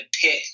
pick